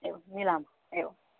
एवं मिलामः एवम्